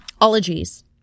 Ologies